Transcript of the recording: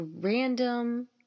random